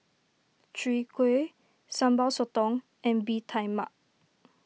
Chwee Kueh Sambal Sotong and Bee Tai Mak